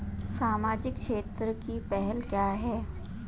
सामाजिक क्षेत्र की पहल क्या हैं?